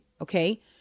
okay